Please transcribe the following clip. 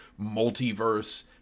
multiverse